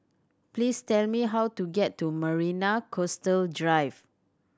please tell me how to get to Marina Coastal Drive